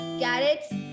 carrots